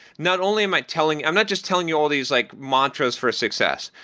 not only am i telling i'm not just telling you all these like mantras for success.